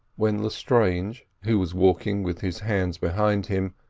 when lestrange, who was walking with his hands behind him,